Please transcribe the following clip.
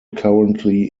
currently